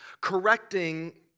correcting